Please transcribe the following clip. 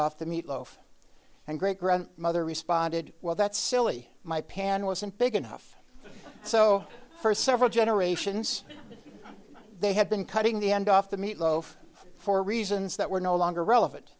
the meat loaf and great grand mother responded well that's silly my panel isn't big enough so first several generations they have been cutting the end off the meatloaf for reasons that were no longer relevant